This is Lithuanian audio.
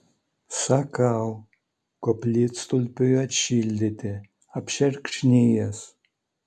sakau koplytstulpiui atšildyti apšerkšnijęs